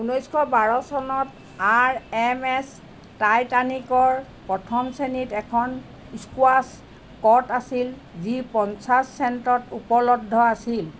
ঊনৈছশ বাৰ চনত আৰএমএছ টাইটানিকৰ প্ৰথম শ্ৰেণীত এখন স্কোয়াছ ক'ৰ্ট আছিল যি পঞ্চাছ চেণ্টত উপলব্ধ আছিল